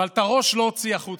אבל את הראש לא הוציא החוצה.